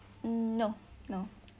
mm no no